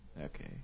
Okay